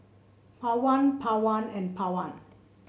Pawan Pawan and Pawan